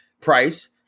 price